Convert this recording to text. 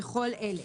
בכל אלה:"